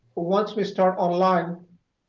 once we start online,